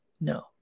no